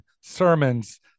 sermons